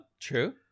True